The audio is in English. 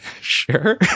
Sure